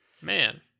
man